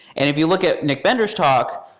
and if you look at nic benders' talk,